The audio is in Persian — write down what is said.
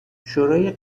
شورای